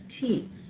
teeth